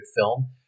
film